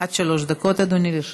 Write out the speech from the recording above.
עד שלוש דקות, אדוני, לרשותך.